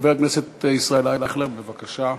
חבר הכנסת ישראל אייכלר, בבקשה.